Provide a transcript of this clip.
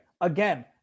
again